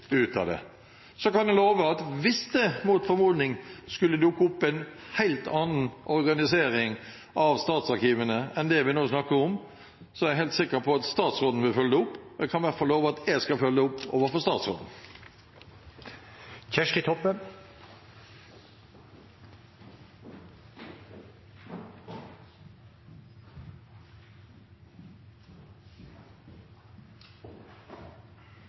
ut av det. Hvis det mot formodning skulle dukke opp en helt annen organisering av statsarkivene enn det vi nå snakker om, er jeg helt sikker på at statsråden vil følge det opp – jeg kan i hvert fall love at jeg skal følge det opp overfor statsråden.